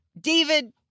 David